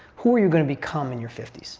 who are you going to become in your fifty s?